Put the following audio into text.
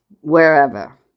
wherever